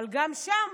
אבל גם שם